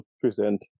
present